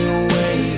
away